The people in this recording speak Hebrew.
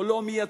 הוא לא מייצג.